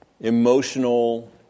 emotional